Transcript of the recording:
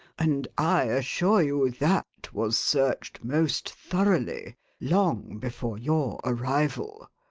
and i assure you that was searched most thoroughly long before your arrival.